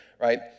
right